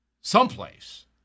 someplace